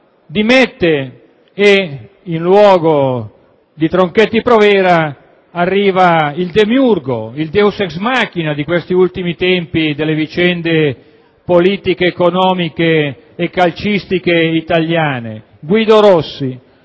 dimette e al suo posto arriva il demiurgo, il *deus ex machina* di questi ultimi tempi delle vicende politiche, economiche e calcistiche italiane, Guido Rossi.